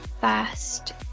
first